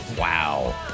Wow